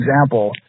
example